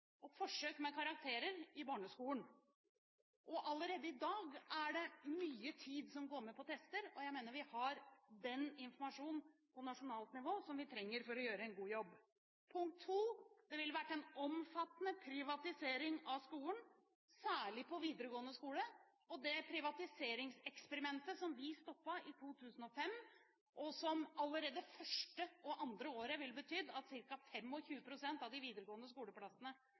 og forsøk med karakterer i barneskolen. Allerede i dag er det mye tid som går med til tester. Jeg mener vi har den informasjonen på nasjonalt nivå som vi trenger for å gjøre en god jobb. Punkt to: Det ville vært en omfattende privatisering av skolen, særlig på videregående skole. Det privatiseringseksperimentet som vi stoppet i 2005, ville betydd at allerede det første og andre året kunne ca. 25 pst. av de videregående